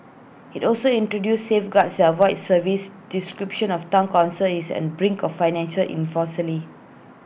IT also introduces safeguards self avoid service description of Town Council is an brink of financial